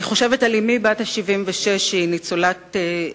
אני חושבת על אמי בת ה-76, שהיא ניצולת השואה,